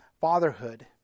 fatherhood